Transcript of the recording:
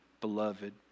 beloved